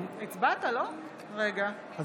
אם